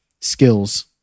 skills